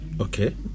Okay